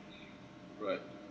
right